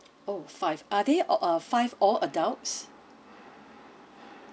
oh five are they uh five all adults